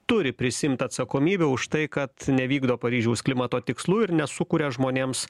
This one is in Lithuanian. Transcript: turi prisiimt atsakomybę už tai kad nevykdo paryžiaus klimato tikslų ir nesukuria žmonėms